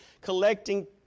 collecting